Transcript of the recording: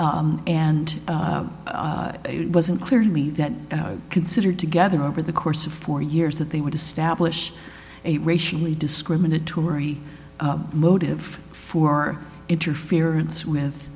and it wasn't clear to me that considered together over the course of four years that they would establish a racially discriminatory motive for interference with